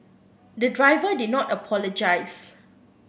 the driver did not apologise